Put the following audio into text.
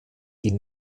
die